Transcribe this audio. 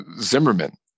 zimmerman